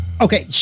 Okay